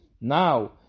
Now